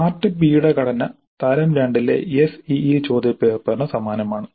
part B യുടെ ഘടന തരം 2 ലെ SEE ചോദ്യപേപ്പറിന് സമാനമാണ്